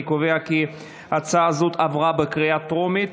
אני קובע כי הצעה זו עברה בקריאה טרומית